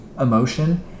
emotion